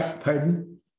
Pardon